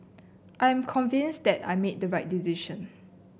I am convinced that I made the right decision